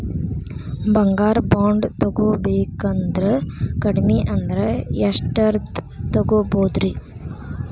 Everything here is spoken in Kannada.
ಬಂಗಾರ ಬಾಂಡ್ ತೊಗೋಬೇಕಂದ್ರ ಕಡಮಿ ಅಂದ್ರ ಎಷ್ಟರದ್ ತೊಗೊಬೋದ್ರಿ?